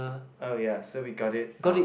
oh ya so we got it uh